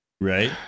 Right